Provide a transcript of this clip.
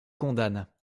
condamne